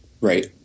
Right